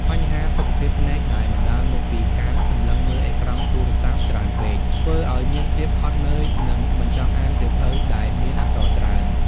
បញ្ហាសុខភាពភ្នែកដែលបណ្ដាលមកពីការសម្លឹងមើលអេក្រង់ទូរស័ព្ទច្រើនពេក ធ្វើឱ្យមានភាពហត់នឿយ និងមិនចង់អានសៀវភៅដែលមានអក្សរច្រើន។